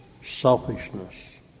selfishness